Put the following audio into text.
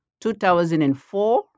2004